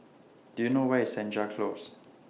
Do YOU know Where IS Senja Close